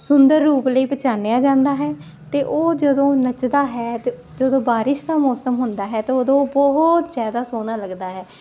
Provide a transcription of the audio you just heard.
ਸੁੰਦਰ ਰੂਪ ਲਈ ਪਹਿਚਾਣਿਆ ਜਾਂਦਾ ਹੈ ਤੇ ਉਹ ਜਦੋਂ ਨੱਚਦਾ ਹੈ ਤੇ ਜਦੋਂ ਬਾਰਿਸ਼ ਦਾ ਮੌਸਮ ਹੁੰਦਾ ਹੈ ਤਾਂ ਉਦੋਂ ਬਹੁਤ ਜਿਆਦਾ ਸੋਹਣਾ ਲੱਗਦਾ ਹੈ